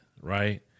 right